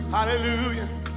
Hallelujah